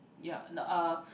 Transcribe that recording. ya uh